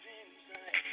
inside